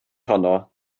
honno